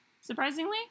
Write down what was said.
surprisingly